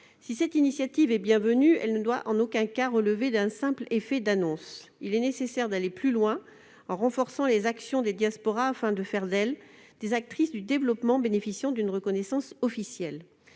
Si cette initiative est bienvenue, elle ne doit en aucun cas relever d'un simple effet d'annonce. Il est nécessaire d'aller plus loin en renforçant les actions des diasporas, afin de faire d'elles des actrices du développement bénéficiant d'une reconnaissance officielle.